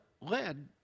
led